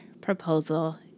proposal